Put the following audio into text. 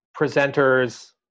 presenters